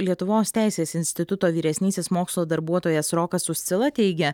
lietuvos teisės instituto vyresnysis mokslo darbuotojas rokas uscila teigia